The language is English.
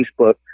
Facebook